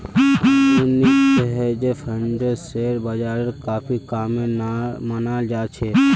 आधुनिक हेज फंडक शेयर बाजारेर काफी कामेर मनाल जा छे